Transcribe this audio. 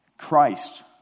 Christ